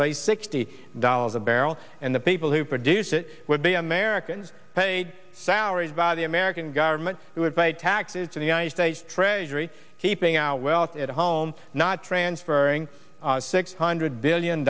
say sixty dollars a barrel and the people who produce it would be americans paid salaries via the american guy arment it would by taxes to the united states treasury keeping our wealth at home not transferring six hundred billion